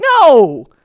No